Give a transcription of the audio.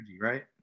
right